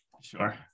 Sure